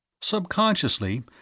Subconsciously